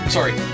Sorry